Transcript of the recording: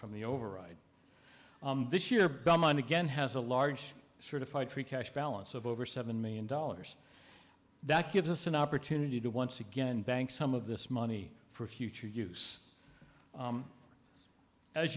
from the override this year but money again has a large certified free cash balance of over seven million dollars that gives us an opportunity to once again bank some of this money for future use